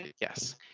Yes